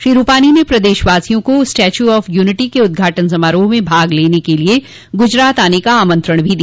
श्री रूपानी ने प्रदेशवासियों को स्टेचू ऑफ यूनिटी के उद्घाटन समारोह में भाग लेने के लिए गुजरात आने का आमंत्रण भी दिया